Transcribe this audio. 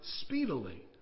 speedily